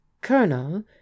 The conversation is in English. Colonel